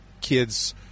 kids